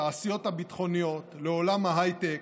לתעשיות הביטחוניות, לעולם ההייטק,